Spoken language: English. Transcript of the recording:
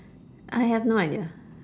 I have no idea